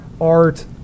art